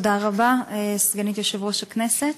תודה רבה, סגנית יושב-ראש הכנסת.